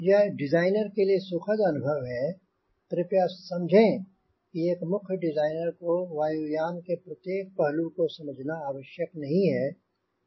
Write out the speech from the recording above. यह डिज़ाइनर के लिए सुखद अनुभव है कृपया समझें कि एक मुख्य डिज़ाइनर को वायुयान के प्रत्येक पहलू को समझना आवश्यक नहीं है